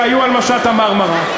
שהיו על משט ה"מרמרה".